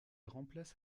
remplace